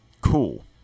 Cool